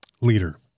leader